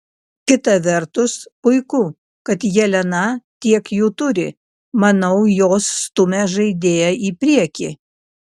kita vertus puiku kad jelena tiek jų turi manau jos stumia žaidėją į priekį